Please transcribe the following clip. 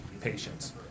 patients